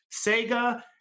Sega